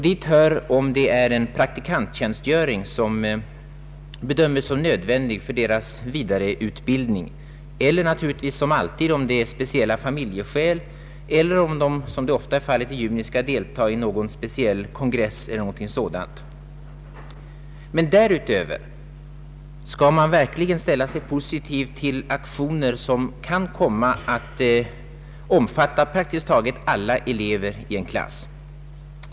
Dit hör en praktikanttjänstgöring som kan bedömas nödvändig för elevernas vidareutbildning eller naturligtvis, som alltid, speciella familjeskäl, eller om man, som ofta är fallet i juni, skall delta i någon kongress e. d. Men skall man verkligen ställa sig positiv till aktioner som kan komma att omfatta praktiskt taget alla elever i en klass?